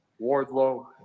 Wardlow